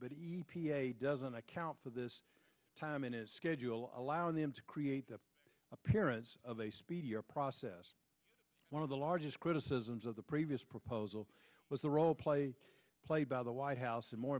it doesn't account for this time in its schedule allowing them to create the appearance of a speedier process one of the largest criticisms of the previous proposal was the role play played by the white house and more